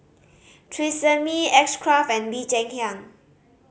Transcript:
Tresemme X Craft and Bee Cheng Hiang